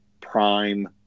prime